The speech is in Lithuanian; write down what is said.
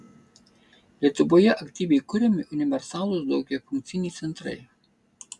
lietuvoje aktyviai kuriami universalūs daugiafunkciai centrai